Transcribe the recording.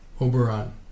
Oberon